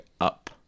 up